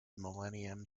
millennium